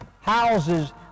houses